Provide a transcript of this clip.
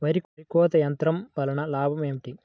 వరి కోత యంత్రం వలన లాభం ఏమిటి?